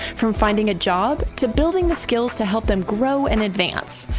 from finding a job to building the skills to help them grow and advance.